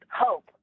hope